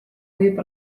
võib